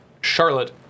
Charlotte